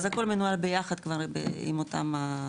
אז הכול מנוהל ביחד כבר עם אותם.